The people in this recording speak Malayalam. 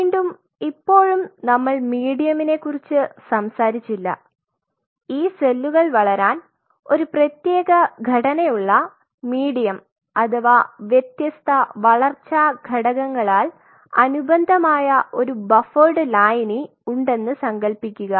വീണ്ടും ഇപ്പോഴും നമ്മൾ മീഡിയംനെ കുറിച്ച് സംസാരിച്ചില്ല ഈ സെല്ലുകൾ വളരാൻ ഒരു പ്രത്യേക ഘടനയുള്ള മീഡിയം അഥവാ വ്യത്യസ്ത വളർച്ച ഘടകങ്ങളാൽ അനുബന്ധമായ ഒരു ബഫർഡ് ലായനി ഉണ്ടെന്ന് സങ്കൽപ്പിക്കുക